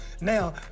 Now